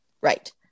Right